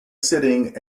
sitting